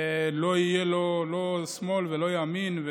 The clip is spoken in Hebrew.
לשמאל או ימין או